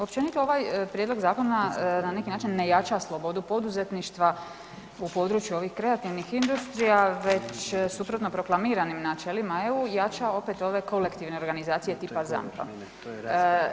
Općenito ovaj prijedlog zakona na neki način ne jača slobodu poduzetništva u području ovih kreativnih industrija već suprotno proklamiranim načelima EU, jača opet ove kolektivne organizacije tipa ZAMP-a.